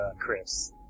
Chris